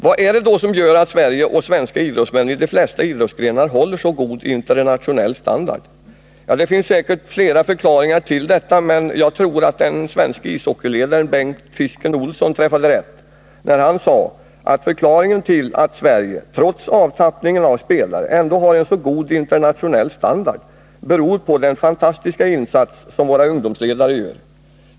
Vad är det då som gör att Sverige och svenska idrottsmän i de flesta idrottsgrenar håller så god internationell standard? Det finns säkert flera förklaringar till detta, men jag tror att den svenske ishockeyledaren Bengt ”Fisken” Ohlson träffade rätt när han sade att förklaringen till att Sverige — trots avtappningen av spelare — ändå har en så god internationell standard är den fantastiska insats som våra ungdomsledare gör.